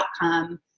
outcome